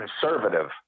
conservative